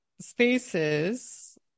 spaces